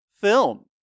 film